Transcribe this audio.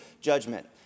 judgment